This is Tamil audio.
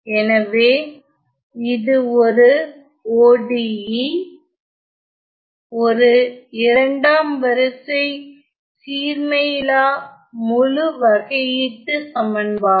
எனவே இது ஒரு ODE ஒரு இரண்டாம் வரிசை சீர்மையில்லா முழு வகையீட்டுச் சமன்பாடு